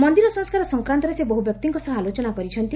ମନ୍ଦିର ସଂସ୍କାର ସଂକ୍ରାନ୍ତରେ ସେ ବହ୍ବ୍ୟକ୍ତିଙ୍କ ସହ ଆଲୋଚନା କରିଛନ୍ତି